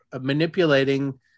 manipulating